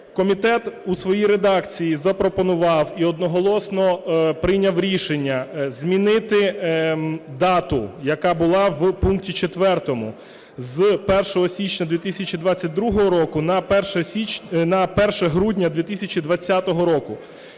Комітет у своїй редакції запропонував і одноголосно прийняв рішення змінити дату, яка була в пункті 4 – з 1 січня 2022 року на 1 грудня 2020 року.